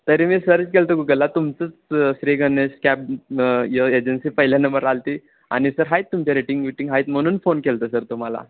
तरी मी सर्च केलं होतं गुगलला तुमचंच श्रीगणेश कॅब य एजन्सी पहिल्या नंबरवर आली होती आणि सर आहेत तुमच्या रेटिंग विटिंग आहेत म्हणून फोन केला होता सर तुम्हाला